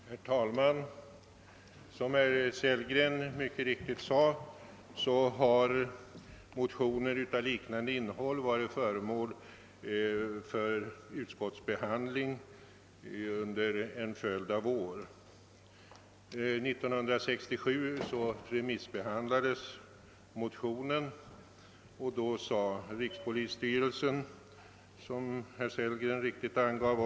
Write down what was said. Herr talman! Som herr Sellgren myc ket riktigt sade har motioner av liknande innehåll varit föremål för riksdagens behandling under en följd av år. År 1967 remissbehandlades liknande motioner, och de avstyrktes då av rikspolisstyrelsen, som herr Sellgren riktigt angav.